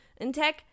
Intech